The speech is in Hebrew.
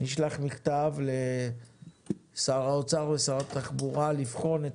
נשלח מכתב לשר האוצר ושרת התחבורה לבחון את